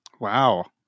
Wow